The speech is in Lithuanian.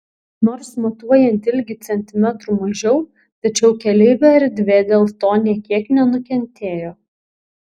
nors matuojant ilgį centimetrų mažiau tačiau keleivių erdvė dėl to nė kiek nenukentėjo